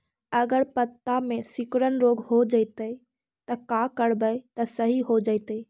अगर पत्ता में सिकुड़न रोग हो जैतै त का करबै त सहि हो जैतै?